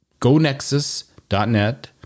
GoNexus.net